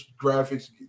graphics